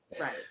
right